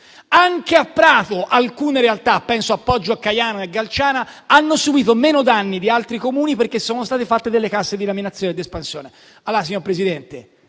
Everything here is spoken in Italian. Anche a Prato alcune realtà - penso a Poggio a Caiano e Galciana - hanno subito meno danni di altri Comuni perché sono state fatte della casse di espansione e laminazione.